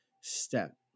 step